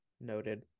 Noted